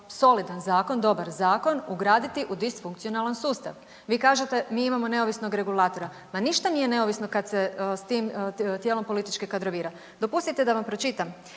solidan zakon, dobar zakon ugraditi u disfunkcionalan sustav. Vi kažete mi imamo neovisnog regulatora. Ma ništa nije neovisno kad se s tim tijelom politički kadrovira. Dopustite da vam pročitam.